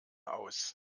aus